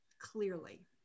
clearly